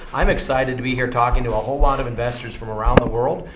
i'm excited to be here talking to a whole lot of investors from around the world,